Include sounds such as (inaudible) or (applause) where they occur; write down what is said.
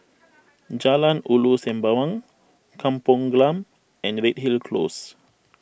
(noise) Jalan Ulu Sembawang Kampong Glam and Redhill Close